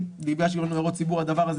בגלל שהיו לנו הערות ציבור על הדבר הזה